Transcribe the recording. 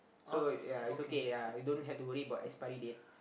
so ya it's okay yeah you don't have to worry about expiry date